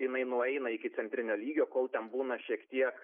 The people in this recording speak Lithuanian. jinai nueina iki centrinio lygio kol ten būna šiek tiek